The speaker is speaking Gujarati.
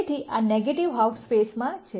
તેથી આ નેગેટિવ હાલ્ફ સ્પેસમાં છે